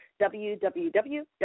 www